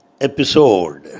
episode